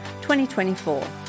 2024